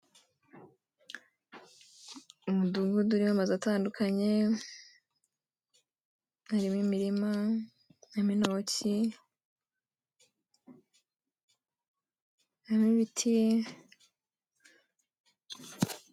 Umudugudu uriho amazu atandukanye, harimo imirima, harimo intoki, harimo ibiti.